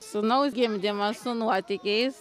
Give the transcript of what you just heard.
sūnaus gimdymas su nuotykiais